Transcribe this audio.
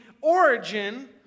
origin